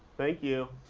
thank you.